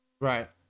Right